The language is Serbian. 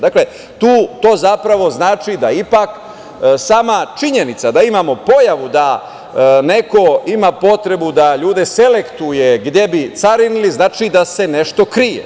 Dakle, to zapravo znači da ipak sama činjenica da imamo pojavu da neko ima potrebu da ljude selektuje gde bi carinili znači da se nešto krije.